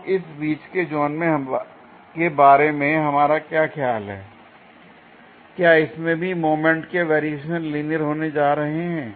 अब इस बीच के जोन के बारे में क्या ख्याल है l क्या इसमें भी मोमेंट के वेरिएशन लीनियर होने जा रहे हैं